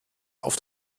auf